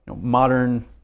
modern